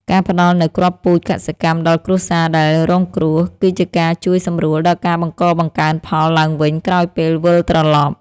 ការផ្តល់នូវគ្រាប់ពូជកសិកម្មដល់គ្រួសារដែលរងគ្រោះ គឺជាការជួយសម្រួលដល់ការបង្កបង្កើនផលឡើងវិញក្រោយពេលវិលត្រឡប់។